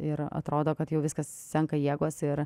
ir atrodo kad jau viskas senka jėgos ir